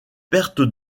pertes